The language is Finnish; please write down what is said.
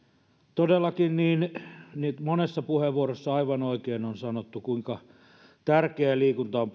todellakin monessa puheenvuorossa aivan oikein on sanottu kuinka tärkeää liikunta on